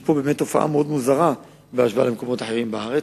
יש פה תופעה מאוד מוזרה בהשוואה למקומות אחרים בארץ,